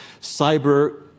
cyber